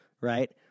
right